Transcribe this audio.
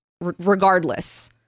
regardless